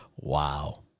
Wow